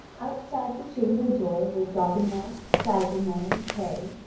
outside the chamber door were dodinel, sagremor, and kay,